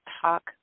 Talk